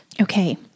Okay